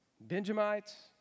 Benjamites